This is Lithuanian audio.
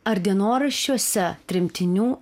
ar dienoraščiuose tremtinių